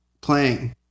playing